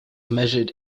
measured